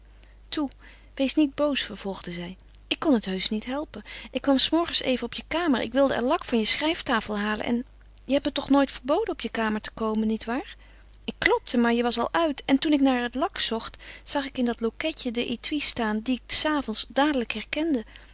toe wees niet boos vervolgde zij ik kon het heusch niet helpen ik kwam s morgens even op je kamer ik wilde er lak van je schrijftafel halen en je hebt me toch nooit verboden op je kamer te komen nietwaar ik klopte maar je was al uit en toen ik naar het lak zocht zag ik in dat loketje den étui staan dien ik s avonds dadelijk herkende